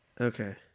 Okay